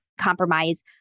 compromise